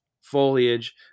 foliage